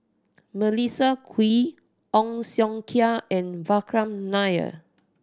Melissa Kwee Ong Siong Kai and Vikram Nair